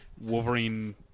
wolverine